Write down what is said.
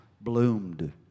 bloomed